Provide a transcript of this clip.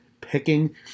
picking